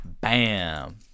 Bam